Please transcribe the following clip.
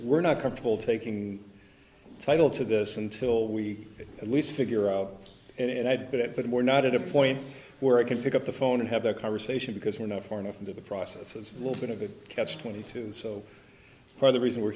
we're not comfortable taking title to this until we at least figure out and i get it but we're not at a point where i can pick up the phone and have the conversation because we're not far enough into the process as a little bit of a catch twenty two so far the reason we're